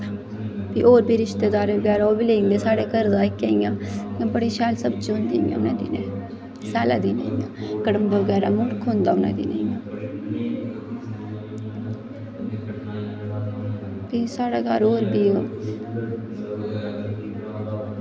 होर बी साढ़े रिश्तेदार लेई जंदे साढ़े घरे दा आइयै इ'यां बड़ी शैल सब्जी होंदी स्यालै दे दिनें कड़म बगैरा बड़ा होंदा लग्गे दा फ्ही साढ़ै घर होर बी